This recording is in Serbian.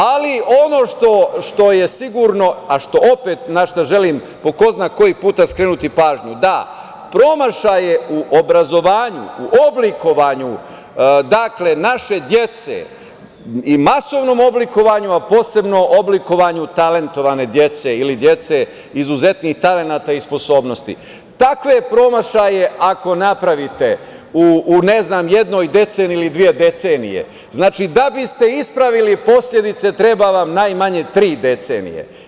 Ali, ono što je sigurno a na šta želim, po ko zna koji put, skrenuti pažnju, da promašaje u obrazovanju, u oblikovanju naše dece i masovnom oblikovanju a posebno oblikovanju talentovane dece ili dece izuzetnih talenata i sposobnosti, takve promašaje ako napravite u jednoj ili dve decenije, da biste ispravili posledice treba vam najmanje tri decenije.